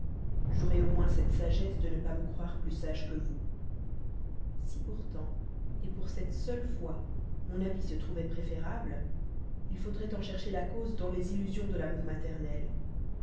j'aurai au moins cette sagesse de ne pas me croire plus sage que vous si pourtant pour cette seule fois mon avis se trouvait préférable il faudrait en chercher la cause dans les illusions de l'amour maternel